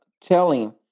Telling